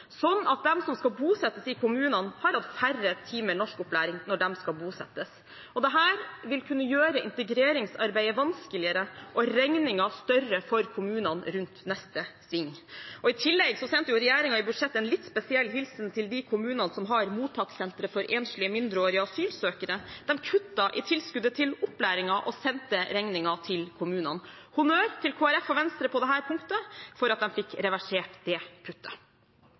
sånn at de som skal bosettes i kommunene, har hatt færre timer norskopplæring når de skal bosettes. Dette vil kunne gjøre integreringsarbeidet vanskeligere og regningen større for kommunene rundt neste sving. I tillegg sendte regjeringen i budsjettet en litt spesiell hilsen til de kommunene som har mottakssentre for enslige mindreårige asylsøkere – de kuttet i tilskuddet til opplæringen og sendte regningen til kommunene. Honnør til Kristelig Folkeparti og Venstre på dette punktet for at de fikk reversert det